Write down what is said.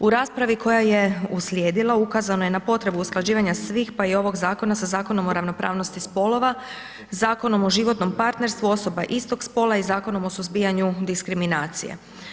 U raspravi koja je uslijedila ukazano je na potrebu usklađivanja svih pa i ovog zakona sa Zakonom o ravnopravnosti spolova, Zakona o životnom partnerstvu osoba istog spola i Zakonom o suzbijanju diskriminacije.